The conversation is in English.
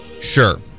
Sure